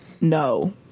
No